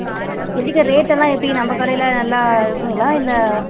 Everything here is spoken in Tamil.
எப்படிக்கா ரேட்டெல்லாம் எப்படி நம்மக் கடையில் நல்லா இருக்குதுங்களா இல்லை